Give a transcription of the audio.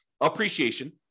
Appreciation